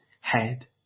head